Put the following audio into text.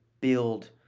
build